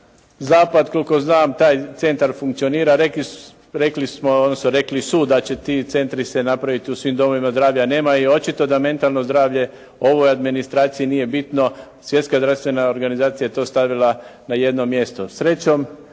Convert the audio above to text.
Zapad, koliko znam taj centar funkcionira, rekli smo odnosno rekli su da će ti centri se napraviti u svim domovima zdravlja. Nema ih, očito da mentalno zdravlje ovoj administraciji nije bito. Svjetska zdravstvena organizacija je to stavila na jedno mjesto. Srećom